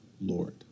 Lord